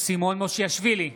סימון מושיאשוילי,